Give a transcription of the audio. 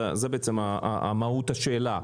זאת מהות השאלה.